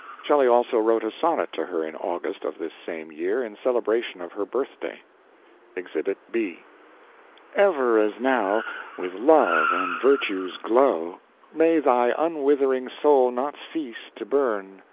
shelley also wrote a sonnet to her in august of this same year in celebration of her birthday exhibit b ever as now with love and virtue's glow may thy unwithering soul not cease to burn,